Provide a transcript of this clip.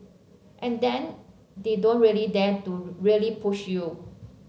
and then they don't really dare to really push you